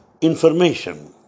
information